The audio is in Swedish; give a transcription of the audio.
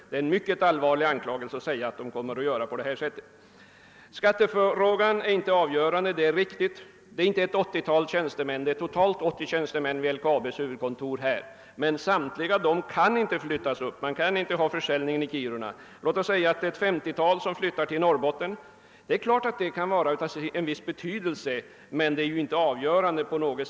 Det är riktigt att skattefrågan inte är avgörande. Det gäller inte ett 80-tal tjänstemän — det finns totalt ca 80 tjänstemän vid LKAB:s huvudkontor, men de kan inte samtliga flyttas upp, eftersom man inte kan ha försäljningskontoret i Kiruna. Låt oss säga att ett 50-tal personer kunde flyttas upp till Norrbotten. Det skulle naturligtvis vara av viss betydelse men inte vara avgörande för kommunen.